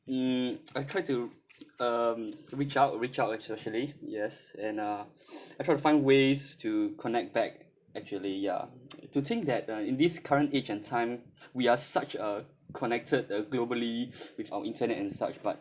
mm I try to um reach out reach out and socially yes and uh I try to find ways to connect back actually ya to think that uh in this current age and time we're such a connected a globally with our internet and such but